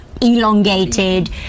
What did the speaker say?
Elongated